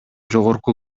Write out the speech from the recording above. жогорку